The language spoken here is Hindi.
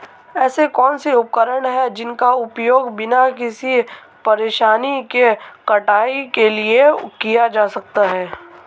ऐसे कौनसे उपकरण हैं जिनका उपयोग बिना किसी परेशानी के कटाई के लिए किया जा सकता है?